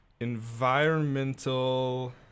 Environmental